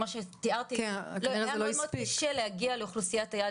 כמו שתיארתי לך היה מאוד מאוד קשה להגיע לאוכלוסיית היעד